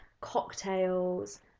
cocktails